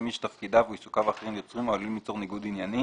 מי שתפקידיו או עיסוקיו האחרים יוצרים או עלולים ליצור ניגוד עניינים